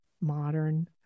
modern